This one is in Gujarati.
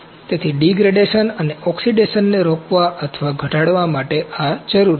તેથી ડિગ્રેડેશન અને ઓક્સિડેશનને રોકવા અથવા ઘટાડવા માટે આ જરૂરી છે